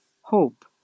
hope